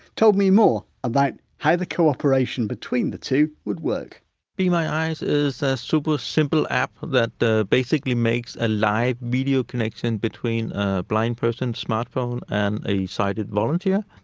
told me more about how the cooperation between the two would work be my eyes is a super simple app that basically makes a live media connection between a blind person's smartphone and a sighted volunteer.